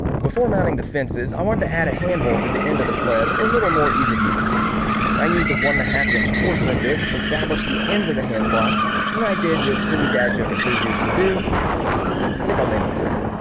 before mounting the fences i wanted to add a handhold to the end of the sled for a little more ease of use and i used a one and a half inch forstner bit to establish the ends of the hand slot and i did with any dad joke enthusiast would do i think i'll name him fred